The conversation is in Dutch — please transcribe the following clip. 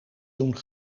doen